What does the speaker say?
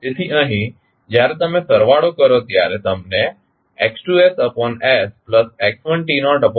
તેથી અહીં જ્યારે તમે સરવાળો કરો ત્યારે તમને X2sx1sમળશે